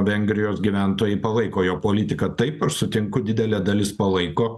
vengrijos gyventojai palaiko jo politiką taip aš sutinku didelė dalis palaiko